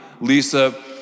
Lisa-